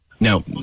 Now